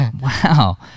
Wow